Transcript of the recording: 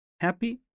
happy